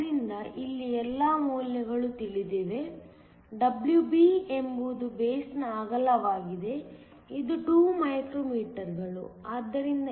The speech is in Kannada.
ಆದ್ದರಿಂದ ಇಲ್ಲಿ ಎಲ್ಲಾ ಮೌಲ್ಯಗಳು ತಿಳಿದಿವೆ WB ಎಂಬುದು ಬೇಸ್ನ ಅಗಲವಾಗಿದೆ ಇದು 2 ಮೈಕ್ರೋಮೀಟರ್ಗಳು ಆದ್ದರಿಂದ ಇದು1